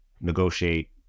negotiate